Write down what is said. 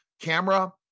camera